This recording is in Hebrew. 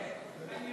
כן.